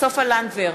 סופה לנדבר,